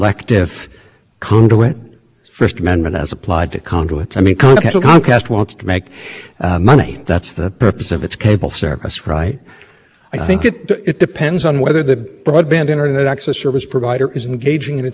then then if they're selecting the programming they may look more like a cable operator this is not what you're doing here this is not and in particular it's not what the commission's definition of broadband internet access service covers if the court has no furthe